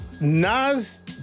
Nas